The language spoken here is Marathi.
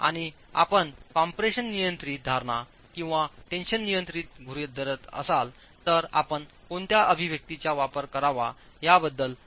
आणि नंतर आपण कॉम्प्रेशन नियंत्रित धारणा किंवा टेन्शन नियंत्रित गृहित धरत असाल तेव्हा आपण कोणत्या अभिव्यक्त्यांचा वापर करावा याबद्दल पोहोचण्याचा प्रयत्न करतो